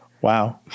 Wow